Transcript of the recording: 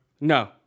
No